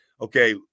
okay